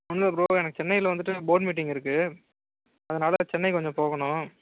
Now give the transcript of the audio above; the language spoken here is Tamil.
ஒன்றும் இல்லை ப்ரோ எனக்கு சென்னையில் வந்துவிட்டு போர்ட் மீட்டிங் இருக்கு அதனால் சென்னை கொஞ்சம் போகணும்